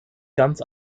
ganz